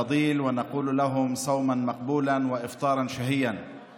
חודש החסד ובברכת צום מקובל וארוחת שבירת צום טעימה.